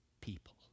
people